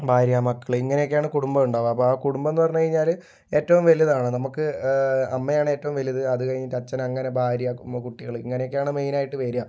ഭാര്യ മക്കൾ ഇങ്ങനെയൊക്കെയാണ് കുടുംബം ഉണ്ടാവുക അപ്പം ആ കുടുംബം എന്നു പറഞ്ഞ് കഴിഞ്ഞാൽ ഏറ്റവും വലുതാണ് നമ്മൾക്ക് അമ്മയാണ് ഏറ്റവും വലുത് അതു കഴിഞ്ഞിട്ട് അച്ഛൻ അങ്ങനെ ഭാര്യ കുട്ടികൾ ഇങ്ങനെയൊക്കെയാണ് മെയിനായിട്ട് വരിക